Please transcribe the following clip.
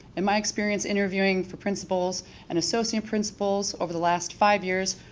in my experience, interviewing for principles and associate principles over the last five years,